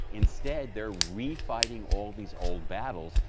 instead, they're refighting all these old battles.